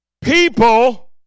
People